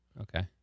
Okay